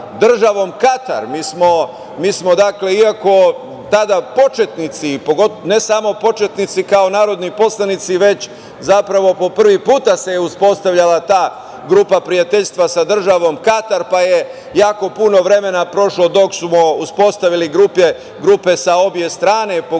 Državom Katar, mi smo, iako tada početnici, ne samo početnici kao narodni poslanici, već zapravo prvi put se uspostavljala ta grupa prijateljstva sa Državom Katar, pa je jako puno vremena prošlo dok smo uspostavili grupe sa obe strane, pogotovo